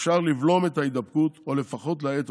אפשר, לבלום את ההדבקות או לפחות להאן אותן,